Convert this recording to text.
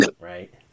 right